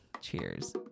Cheers